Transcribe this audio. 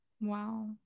Wow